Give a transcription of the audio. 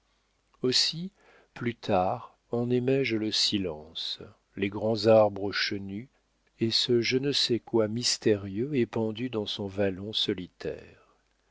aussi plus tard en aimai je le silence les grands arbres chenus et ce je ne sais quoi mystérieux épandu dans son vallon solitaire